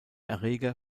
erreger